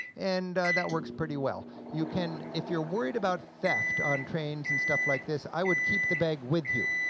and that works pretty well. you can if you're worried about theft on trains and stuff like this, i would keep the bag with you.